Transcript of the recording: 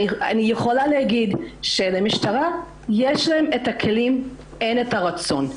אני יכולה להגיד שלמשטרה יש את הכלים אבל אין את הרצון.